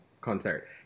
concert